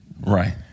Right